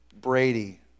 Brady